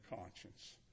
conscience